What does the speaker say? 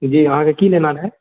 जी अहाँकेँ की लेना रहए